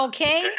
Okay